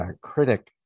critic